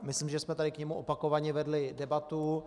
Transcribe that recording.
Myslím, že jsme tady k němu opakovaně vedli debatu.